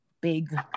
big